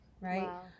right